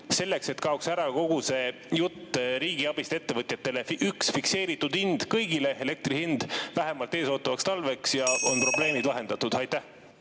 selleks et kaoks ära kogu see jutt riigiabist ettevõtjatele? Üks fikseeritud elektri hind kõigile vähemalt eesootavaks talveks, ja on probleemid lahendatud. Aitäh!